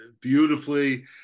beautifully